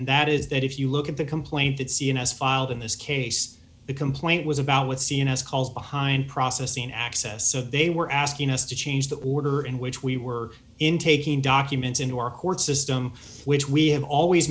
that is that if you look at the complaint that c s filed in this case the complaint was about with c n n s calls behind processing access so they were asking us to change the order in which we were in taking documents into our court system which we have always